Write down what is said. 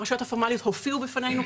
והרשויות הפורמליות הופיעו בפנינו,